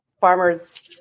farmers